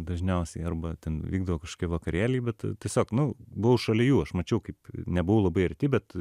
dažniausiai arba ten vykdavo kažkokie vakarėliai bet tiesiog nu buvau šalia jų aš mačiau kaip nebuvau labai arti bet